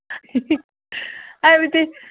ꯍꯥꯏꯕꯗꯤ